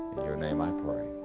your name i pray,